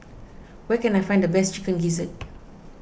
where can I find the best Chicken Gizzard